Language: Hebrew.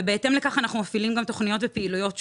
בהתאם לכך אנחנו מפעילים תוכניות ופעילויות שונות.